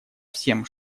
всем